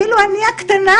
אפילו אני הקטנה,